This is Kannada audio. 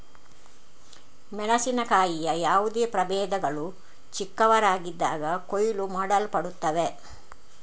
ಮೆಣಸಿನಕಾಯಿಯ ಯಾವುದೇ ಪ್ರಭೇದಗಳು ಚಿಕ್ಕವರಾಗಿದ್ದಾಗ ಕೊಯ್ಲು ಮಾಡಲ್ಪಡುತ್ತವೆ